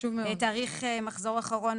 תאריך מחזור אחרון,